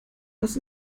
dass